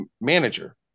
manager